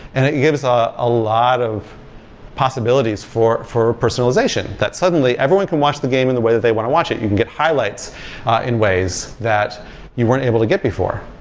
and it gives a lot of possibilities for for personalization, that suddenly everyone can watch the game in the way that they want to watch it. you can get highlights in ways that you weren't able to get before,